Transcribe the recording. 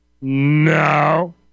No